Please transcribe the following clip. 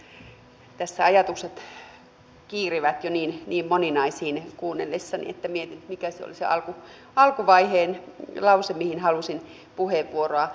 tässä kuunnellessani ajatukset kiirivät jo niin moninaisiin että mietin mikä oli se alkuvaiheen lause mihin halusin puheenvuoroa